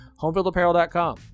homefieldapparel.com